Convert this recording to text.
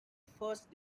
first